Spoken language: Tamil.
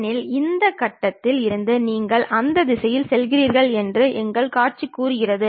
இங்கு முக்கியமாக இரண்டு தளங்கள் பயன்படுத்தப்படுகின்றது